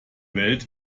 welt